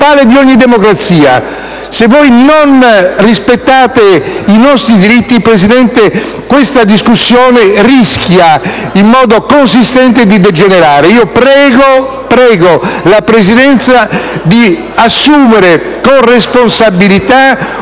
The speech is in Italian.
principale di ogni democrazia. Se voi non rispettate i nostri diritti, questa discussione rischia in modo consistente di degenerare. Prego quindi la Presidenza di assumere con responsabilità una